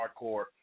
hardcore